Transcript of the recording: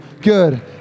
Good